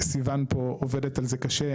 סיון פה עובדת על זה קשה,